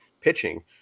pitching